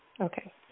Okay